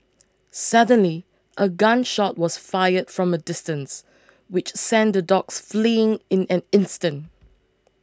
suddenly a gun shot was fired from a distance which sent the dogs fleeing in an instant